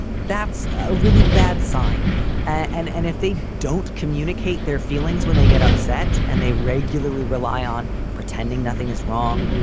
that's a really bad sign and and if they don't communicate their feelings when they get upset and they regularly rely on pretending nothing is wrong,